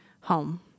home